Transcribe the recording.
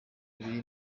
biri